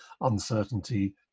uncertainty